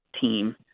team